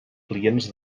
clients